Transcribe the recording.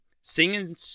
singing